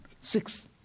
six